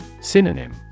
Synonym